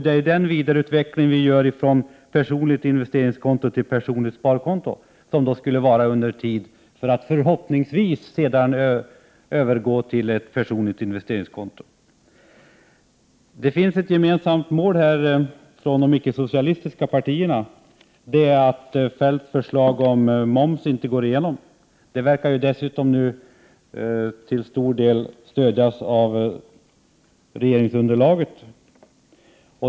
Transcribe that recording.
Det är en vidareutveckling vi föreslår — från personligt investeringskonto till personligt sparkonto, som då skulle användas under en tid för att förhoppningsvis sedan övergå till ett personligt investeringskonto. De icke-socialistiska partierna har här ett gemensamt mål, nämligen att Kjell-Olof Feldts förslag om moms inte skall gå igenom. Det målet verkar nu dessutom till stor del stödjas av regeringsunderlaget.